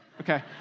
okay